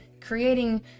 creating